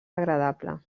agradable